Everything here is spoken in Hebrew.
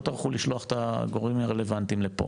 טרחו לשלוח את הגורמים הרלוונטיים לפה.